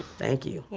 thank you.